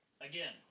Again